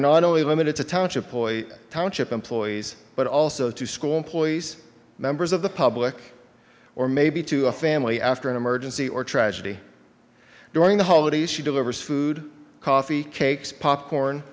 not only limited to township poit township employees but also to school employees members of the public or maybe to a family after an emergency or tragedy during the holidays she delivers food coffee cakes popcorn